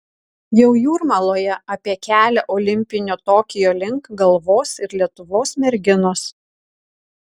jau jūrmaloje apie kelią olimpinio tokijo link galvos ir lietuvos merginos